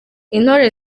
intore